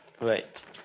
Right